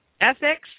ethics